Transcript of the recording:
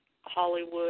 Hollywood